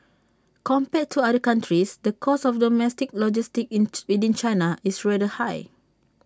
compared to other countries the cost of domestic logistics in to within China is rather high